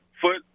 Foot